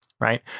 right